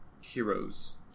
heroes